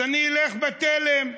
ואני אלך בתלם.